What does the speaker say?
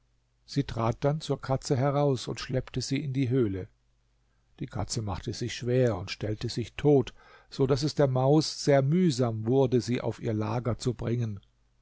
sie trat dann zur katze heraus und schleppte sie in die höhle die katze machte sich schwer und stellte sich tot so daß es der maus sehr mühsam wurde sie auf ihr lager zu bringen